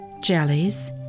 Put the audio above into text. jellies